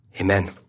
Amen